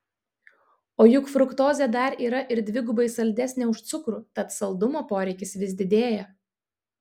o juk fruktozė dar yra ir dvigubai saldesnė už cukrų tad saldumo poreikis vis didėja